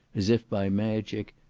as if by magic,